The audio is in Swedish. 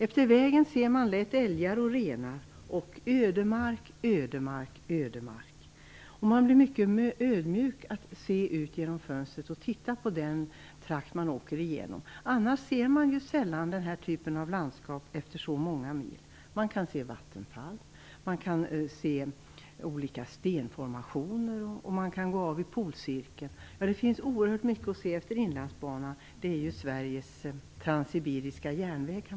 Längs vägen ser man lätt älgar och renar samt ödemark efter ödemark. Man blir mycket ödmjuk av att genom fönstret se ut över den trakt man åker igenom. Annars ser man ju sällan den här typen av landskap under så många mils resa. Man kan se vattenfall, olika stenformationer och man kan stiga av vid Polcirkeln. Ja, det finns oerhört mycket att se längs Inlandsbanan. Man kan säga att det är Sveriges transibiriska järnväg.